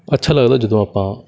ਅੱਛਾ ਲੱਗਦਾ ਜਦੋਂ ਆਪਾਂ